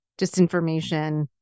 disinformation